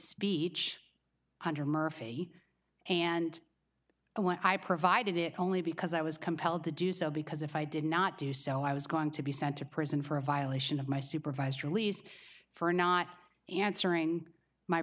speech under murphy and i want i provided it only because i was compelled to do so because if i did not do so i was going to be sent to prison for a violation of my supervised release for not answering my